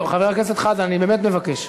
לא, חבר הכנסת חזן, אני באמת מבקש.